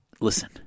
listen